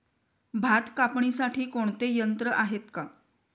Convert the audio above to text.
भात कापणीसाठी कोणते यंत्र आहेत का?